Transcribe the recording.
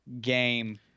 game